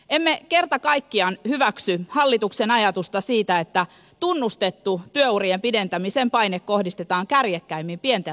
emme kerta kaikkiaan hyväksy hallituksen ajatusta siitä että tunnustettu työurien pidentämisen paine kohdistetaan kärjekkäimmin pienten lasten vanhempiin